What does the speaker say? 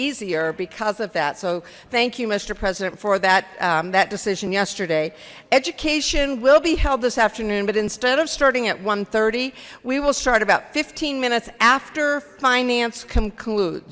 easier because of that so thank you mister president for that that decision yesterday education will be held this afternoon but instead of starting at one thirty we will start about fifteen minutes after finance conclude